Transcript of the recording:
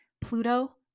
Pluto